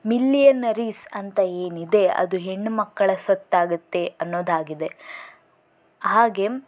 millionaires ಅಂತ ಏನಿದೆ ಅದು ಹೆಣ್ಣುಮಕ್ಕಳ ಸ್ವತ್ತು ಆಗತ್ತೆ ಅನ್ನೋದು ಆಗಿದೆ ಹಾಗೆ